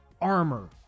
armor